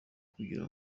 kugira